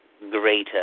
greater